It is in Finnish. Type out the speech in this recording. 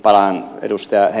palaan ed